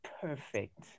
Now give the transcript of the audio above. perfect